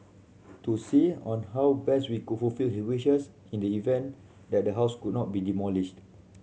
to see on how best we could fulfil his wishes in the event that the house could not be demolished